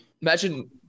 imagine